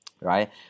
right